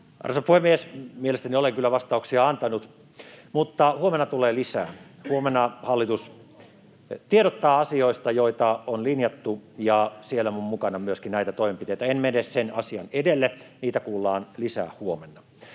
Arvoisa puhemies! Mielestäni olen kyllä vastauksia antanut, mutta huomenna tulee lisää. Huomenna hallitus tiedottaa asioista, joita on linjattu, ja siellä on mukana myöskin näitä toimenpiteitä. En mene sen asian edelle, niitä kuullaan lisää huomenna.